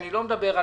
אני לא יודע.